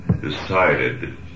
decided